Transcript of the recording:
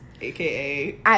aka